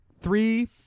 Three